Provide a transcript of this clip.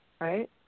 right